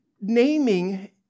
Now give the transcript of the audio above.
naming